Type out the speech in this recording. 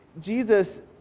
Jesus